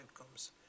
outcomes